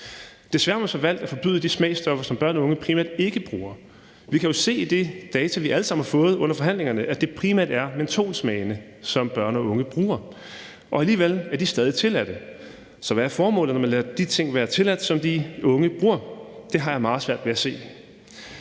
Desværre har man så valgt at forbyde de smagsstoffer, som børn og unge primært ikke bruger. Vi kan jo se i de data, vi alle sammen har fået under forhandlingerne, at det primært er mentolsmagene, som børn og unge bruger. Alligevel er de stadig tilladte. Så hvad er formålet, når man lader de ting, som de unge bruger, være tilladte? Det har jeg meget svært ved at se.